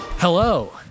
Hello